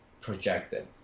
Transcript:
projected